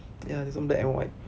ya this [one] black and white